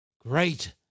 great